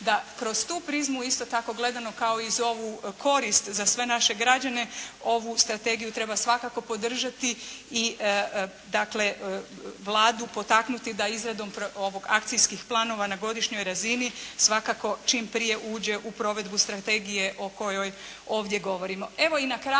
da kroz tu prizmu isto tako gledano kao i za ovu korist za sve naše građane ovu strategiju treba svakako podržati i dakle Vladu potaknuti da izradom akcijskih planova na godišnjoj razini svakako čim prije uđe u provedbu strategije o kojoj ovdje govorimo.